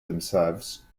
themselves